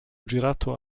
girato